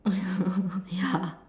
ya